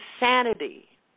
insanity